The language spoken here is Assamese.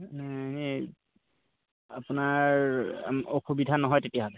এই আপোনাৰ অসুবিধা নহয় তেতিয়াহ'লে